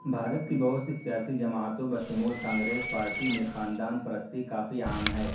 بھارت کی بہت سی سیاسی جماعتوں بشمول کانگریس پارٹی میں خاندان پرستی کافی عام ہے